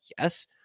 yes